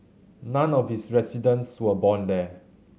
none of its residents were born there